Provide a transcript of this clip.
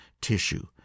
tissue